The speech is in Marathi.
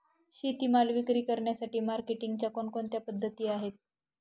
शेतीमाल विक्री करण्यासाठी मार्केटिंगच्या कोणकोणत्या पद्धती आहेत?